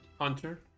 Hunter